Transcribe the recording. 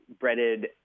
breaded